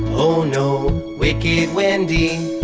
oh no, wicked wendy.